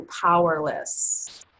powerless